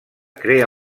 crea